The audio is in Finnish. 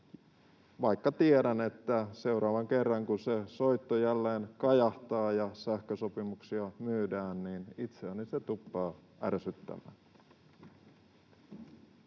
vaikka tiedän, että seuraavan kerran, kun se soitto jälleen kajahtaa ja sähkösopimuksia myydään, itseäni se tuppaa ärsyttämään.